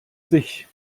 sich